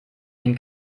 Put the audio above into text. den